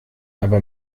aber